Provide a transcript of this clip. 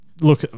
Look